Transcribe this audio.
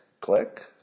click